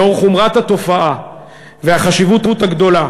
לאור חומרת התופעה והחשיבות הגדולה